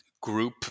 group